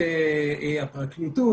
שבסמכות הפרקליטות,